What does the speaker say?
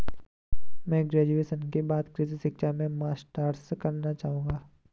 मैं ग्रेजुएशन के बाद कृषि शिक्षा में मास्टर्स करना चाहूंगा